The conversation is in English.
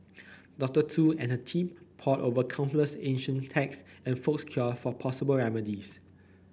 Doctor Tu and her team pored over countless ancient text and folks cure for possible remedies